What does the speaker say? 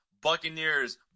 Buccaneers